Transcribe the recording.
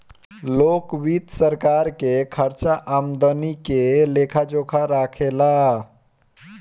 लोक वित्त सरकार के खर्चा आमदनी के लेखा जोखा राखे ला